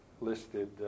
listed